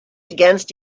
against